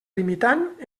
limitant